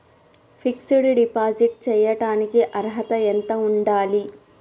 Fix డ్ deposit చేయటానికి అర్హత ఎంత ఉండాలి?